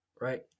right